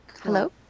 Hello